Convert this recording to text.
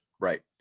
right